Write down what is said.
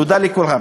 תודה לכולם.